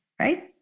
right